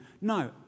No